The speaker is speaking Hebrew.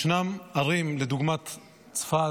ישנם ערים, לדוגמה צפת,